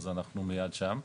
אז אנחנו מיד שם,